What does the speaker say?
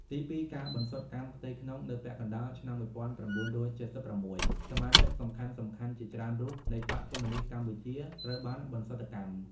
ទីពីរ ការបន្សុទ្ធកម្មផ្ទៃក្នុង នៅពាក់កណ្តាលឆ្នាំ ១៩៧៦ សមាជិកសំខាន់ៗជាច្រើនរូបនៃបក្សកុម្មុយនីស្តកម្ពុជាត្រូវបានបន្សុទ្ធកម្ម។